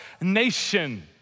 nation